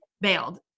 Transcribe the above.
bailed